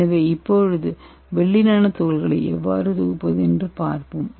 எனவே இப்போது வெள்ளி நானோ துகள்களை எவ்வாறு தொகுப்பது என்று பார்ப்போம்